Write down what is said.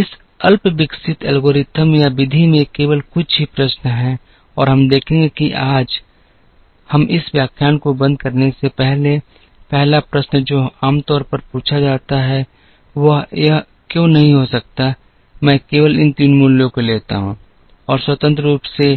इस अल्पविकसित एल्गोरिथ्म या विधि में केवल कुछ ही प्रश्न हैं और हम देखेंगे कि आज हम इस व्याख्यान को बंद करने से पहले पहला प्रश्न जो आमतौर पर पूछा जाता है वह यह क्यों नहीं हो सकता मैं केवल इन 3 मूल्यों को लेता हूं और स्वतंत्र रूप से